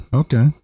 okay